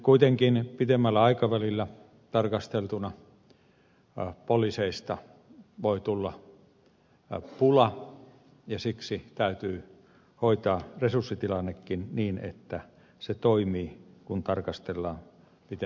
kuitenkin pitemmällä aikavälillä tarkasteltuna poliiseista voi tulla pula ja siksi täytyy hoitaa resurssitilannekin niin että se toimii kun tarkastellaan pitempää aikaväliä